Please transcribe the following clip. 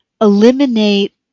eliminate